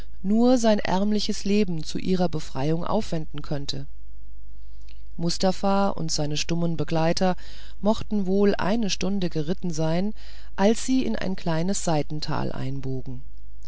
nur sein ärmliches leben zu ihrer befreiung aufwenden könnte mustafa und seine stummen begleiter mochten wohl eine stunde geritten sein als sie in ein kleines seitental einbogen